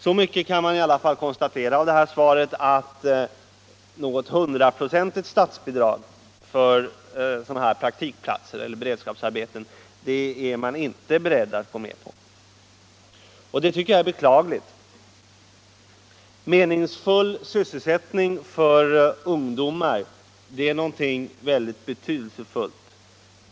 Så mycket kan man i alla fall konstatera av detta svar att arbetsmarknadsministern inte är beredd att gå med på 100-procentigt statsbidrag för sådana här praktikplatser eller beredskapsarbeten, och det tycker jag är beklagligt. Meningsfull sysselsättning för ungdomar är något väldigt betydelsefullt.